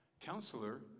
counselor